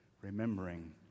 remembering